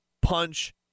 punch